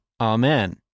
Amen